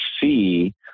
see